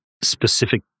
specific